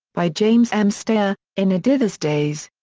by james m. stayer, in editha's days.